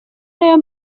nayo